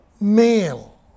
male